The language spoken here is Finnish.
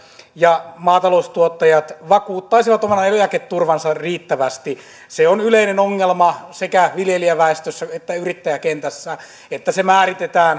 ja maataloustuottajat vakuuttaisivat oman eläketurvansa riittävästi se on yleinen ongelma sekä viljelijäväestössä että yrittäjäkentässä että